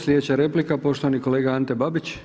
Sljedeća replika poštovani kolega Ante Babić.